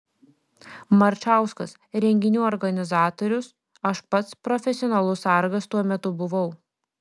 marčauskas renginių organizatorius aš pats profesionalus sargas tuo metu buvau